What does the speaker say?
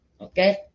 Okay